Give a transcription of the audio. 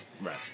Right